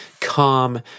calm